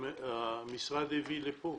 שהמשרד הביא לפה.